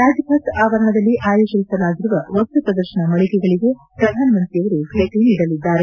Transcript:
ರಾಜ್ಪಥ್ ಆವರಣದಲ್ಲಿ ಆಯೋಜಿಸಲಾಗಿರುವ ವಸ್ತುಪ್ರದರ್ತನ ಮಳಿಗೆಗಳಿಗೆ ಪ್ರಧಾನಮಂತ್ರಿಯವರು ಭೇಟನೀಡಲಿದ್ದಾರೆ